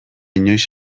inoiz